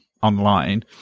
Online